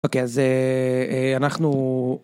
אוקיי אז אנחנו